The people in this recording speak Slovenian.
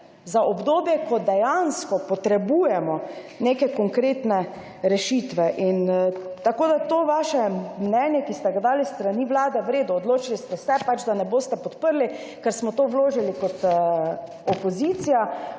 za obdobje, ko dejansko potrebujemo neke konkretne rešitve. To vaše mnenje, ki ste ga dali s strani Vlade – v redu, odločili ste se pač, da ne boste podprli, ker smo to vložili kot opozicija,